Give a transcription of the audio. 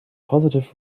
positive